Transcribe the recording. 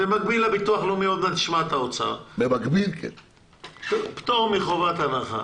במקביל לביטוח לאומי - עוד מעט נשמע את האוצר פטור מחובת הנחה,